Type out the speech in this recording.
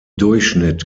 durchschnitt